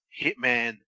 Hitman